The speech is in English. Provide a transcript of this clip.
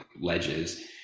ledges